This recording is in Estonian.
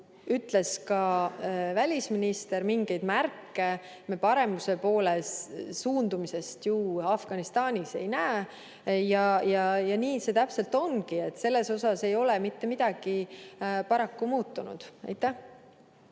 ütles ka välisminister, mingeid märke paremuse poole suundumisest me Afganistanis ei näe. Ja nii see täpselt ongi, selles osas ei ole mitte midagi paraku muutunud.